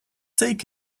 take